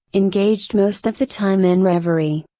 engaged most of the time in reverie.